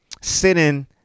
sitting